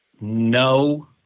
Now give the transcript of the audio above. no